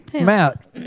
Matt